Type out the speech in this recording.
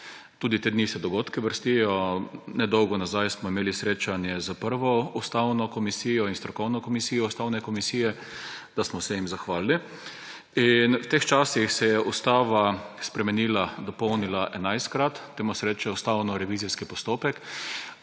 Tudi te dni se dogodki vrstijo, ne dolgo nazaj smo imeli srečanje s prvo ustavno komisijo in strokovno skupino ustavne komisije, da smo se jim zahvalili. V teh časih se je ustava spremenila, dopolnila enajstkrat. Temu se reče ustavnorevizijski postopek.